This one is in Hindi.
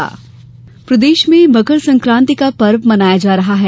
मकर संक्रांति प्रदेश में मकर संकान्ति का पर्व मनाया जा रहा है